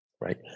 Right